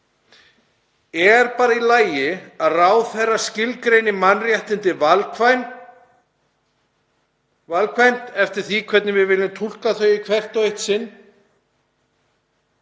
Er bara í lagi að ráðherra skilgreini mannréttindi valkvætt eftir því hvernig við viljum túlka þau í hvert og eitt sinn?